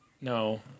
No